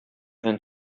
than